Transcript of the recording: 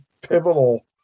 pivotal